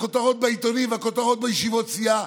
שהכותרות בעיתונים והכותרות בישיבות סיעה